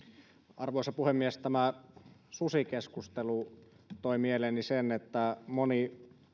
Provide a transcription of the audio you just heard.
arvoisa puhemies tämä susikeskustelu toi mieleeni sen että moni